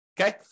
Okay